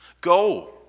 Go